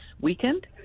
weakened